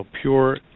pure